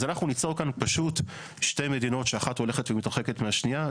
אז אנחנו ניצור כאן פשוט שתי מדינות שאחת הולכת ומתרחקת מהשנייה.